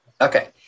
Okay